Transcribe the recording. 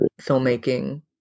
filmmaking